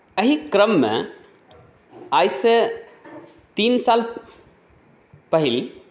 एही क्रममे आइसँ तीन साल पहिल